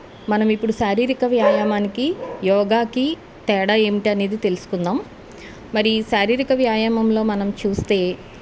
మనం ఇప్పుడు శారీరిక వ్యాయామానికి యోగాకి తేడా ఏమిటి అనేది తెలుసుకుందాం మరి ఈ శారీరక వ్యాయామంలో మనం చూస్తే